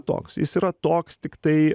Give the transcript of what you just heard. toks jis yra toks tiktai